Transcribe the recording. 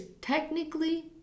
technically